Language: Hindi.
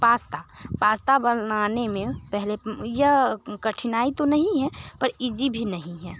पास्ता पास्ता बनाने में पहले यह कठिनाई तो नहीं है पर इजी भी नहीं है